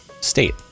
state